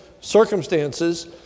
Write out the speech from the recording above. circumstances